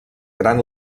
gran